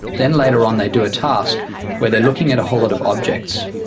then later on they do a task where they're looking at a whole lot of objects,